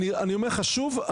אני אומר לך שוב,